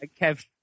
Kev